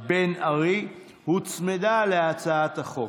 בן ארי הוצמדה להצעת החוק.